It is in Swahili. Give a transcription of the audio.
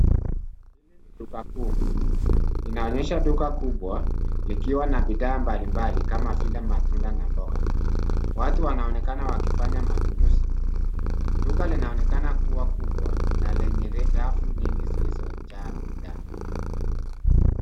Duka kuu. Inaonyesha duka kubwa likiwa na bidhaa mbalimbali kama vile matunda na mboga. Watu wanaonekana wakifanya manunuzi. Duka linaonekana kuwa kubwa na lenye rafu nyingi zilizojaa bidhaa.